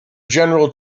general